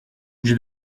j’ai